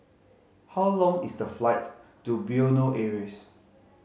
how long is the flight to Bueno Aires